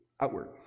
outward